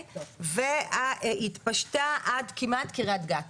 היא התפשטה עד כמעט קריית גת.